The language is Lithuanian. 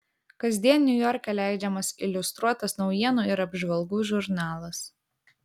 kasdien niujorke leidžiamas iliustruotas naujienų ir apžvalgų žurnalas